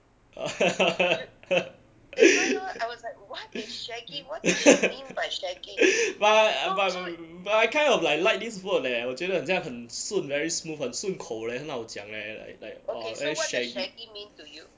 but bu~ bu~ but I kind of like like this word leh 我觉得在很像很顺 very smooth 很顺口很好讲 leh like like !wah! very shaggy